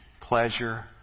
pleasure